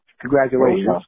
Congratulations